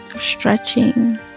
stretching